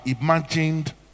imagined